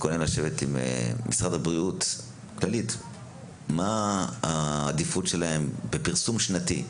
לשבת עם משרד הבריאות לגבי מה העדיפות שלהם בפרסום שנתי,